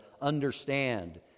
understand